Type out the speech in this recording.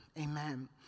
amen